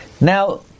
Now